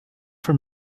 from